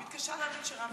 אני מתקשה להאמין שרבו אתך.